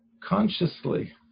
consciously